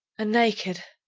and naked.